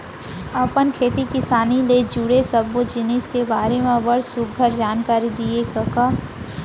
अपन खेती किसानी ले जुड़े सब्बो जिनिस के बारे म बड़ सुग्घर जानकारी दिए कका